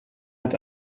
hat